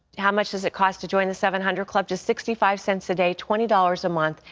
how much does it cost to join the seven hundred club? just sixty five cents a day, twenty dollars a month,